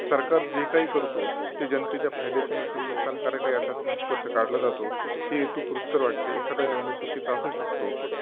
सरकार जे काही करतो ते जनतेच्या फायद्याचे नसून नुकसानकारक आहे असाच निष्कर्ष काढला जातो हे हेतूपुरस्सर वाटते एखादा निर्णय चुकीचा असू शकतो